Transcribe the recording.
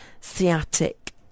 sciatic